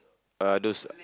uh those